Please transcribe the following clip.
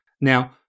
Now